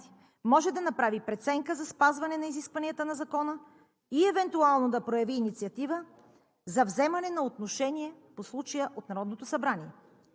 може да направи преценка за спазване на изискванията на закона и евентуално да прояви инициатива за вземане на отношение по случая от Народното събрание,